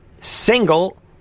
single